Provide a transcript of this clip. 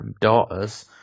daughters